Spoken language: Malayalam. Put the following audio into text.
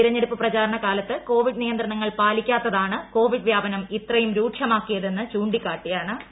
തിരഞ്ഞെടുപ്പു പ്രചാരണ കാലത്ത് കോവിഡ് നിയന്ത്രണങ്ങൾ പാലിക്കാത്താണ് കോവിഡ് വ്യാപനം ഇത്രയും രൂക്ഷമാക്കിയതെന്നു ചൂണ്ടിക്കാട്ടിയാണു ഹർജികൾ